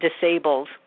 disabled